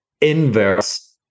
inverse